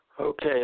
Okay